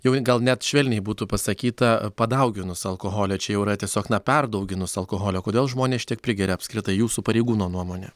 jau gal net švelniai būtų pasakyta padauginus alkoholio čia jau yra tiesiog na perdauginus alkoholio kodėl žmonės šitiek prigeria apskritai jūsų pareigūno nuomone